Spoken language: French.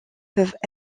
peuvent